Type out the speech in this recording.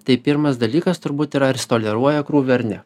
tai pirmas dalykas turbūt yra ar jis toleruoja krūvį ar ne